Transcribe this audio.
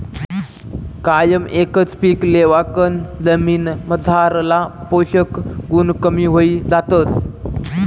कायम एकच पीक लेवाकन जमीनमझारला पोषक गुण कमी व्हयी जातस